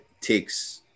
takes